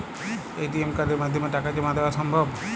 ATM কার্ডের মাধ্যমে টাকা জমা দেওয়া সম্ভব?